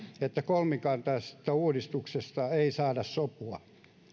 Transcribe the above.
että kolmikantaisesta uudistuksesta ei saada sopua